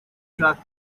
truck